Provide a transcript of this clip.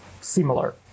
similar